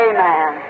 Amen